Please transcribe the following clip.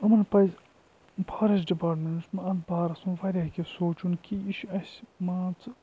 یِمَن پَزِ فارٮ۪سٹ ڈِپاٹمٮ۪نٛٹَس منٛز اَتھ بارَس منٛز واریاہ کینٛہہ سونچُن کہِ یہِ چھِ اَسہِ مان ژٕ